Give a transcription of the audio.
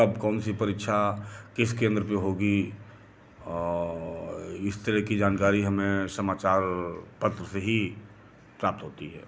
अब कौन सी परीक्षा किस केंद्र पे होगी और इस तरह की जानकारी हमें समाचार पत्र से ही प्राप्त होती है